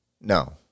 No